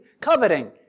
coveting